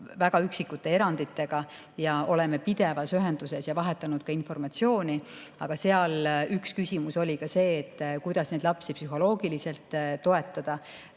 väga üksikute eranditega. Me oleme pidevas ühenduses ja vahetanud informatsiooni. Aga seal üks küsimus oli see, kuidas neid lapsi psühholoogiliselt toetada.